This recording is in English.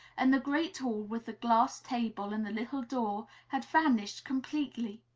and the great hall, with the glass table and the little door, had vanished completely.